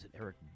Eric